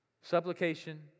Supplication